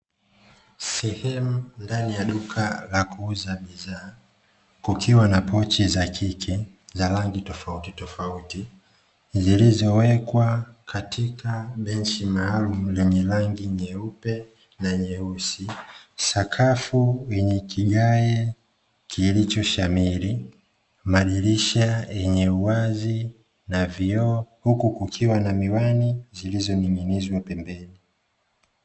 Sehemu ndani ya duka la kuuza bidhaa, kukiwa na pochi za kike, za rangi tofautitofauti, zilizowekwa katika benchi maalumu lenye rangi nyeupe na nyeusi, sakafu yenye kigae kilichoshamiri, madirisha yenye uwazi na vioo, huku kukiwa na miwani zilizoning'inizwa pembeni.